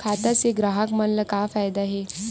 खाता से ग्राहक मन ला का फ़ायदा हे?